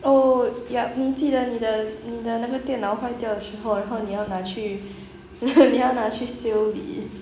oh yup 你记得你的你的那个电脑坏掉的时候然后你要拿去 你要拿去修理